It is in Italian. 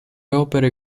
opere